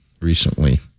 Recently